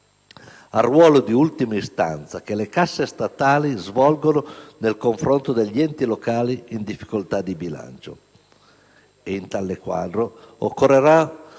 al ruolo di ultima istanza che le casse statali svolgono nei confronti degli enti locali in difficoltà di bilancio. Ed in tale quadro occorrerà,